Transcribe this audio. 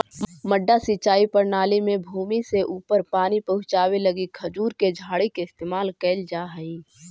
मड्डा सिंचाई प्रणाली में भूमि से ऊपर पानी पहुँचावे लगी खजूर के झाड़ी के इस्तेमाल कैल जा हइ